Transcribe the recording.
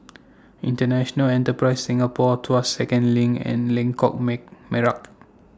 International Enterprise Singapore Tuas Second LINK and Lengkok May Merak